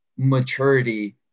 maturity